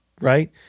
right